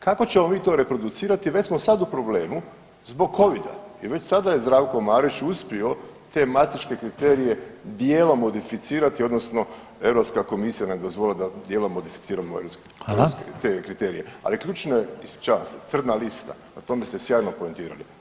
Kako ćemo mi to reproducirati već smo sad u problemu zbog covida i već sada je Zdravko Marić uspio te maastrichtške kriterije dijelom modificirati odnosno Europska komisija nam je dozvolila da dijelom modificiramo te kriterije [[Upadica Reiner: Hvala.]] Ali ključno je, ispričavam se, crna lista o tome ste sjajno poentirali.